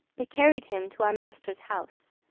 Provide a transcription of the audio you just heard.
they carried him to our master's house.